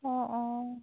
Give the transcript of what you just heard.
অঁ অঁ